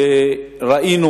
וראינו